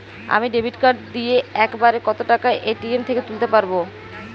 আমি debit card দিয়ে এক বারে কত টাকা এ.টি.এম থেকে তুলতে পারবো?